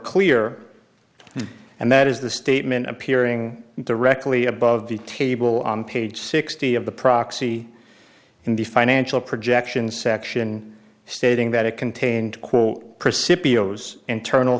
clear and that is the statement appearing directly above the table on page sixty of the proxy in the financial projections section stating that it contained quote